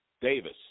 Davis